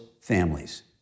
families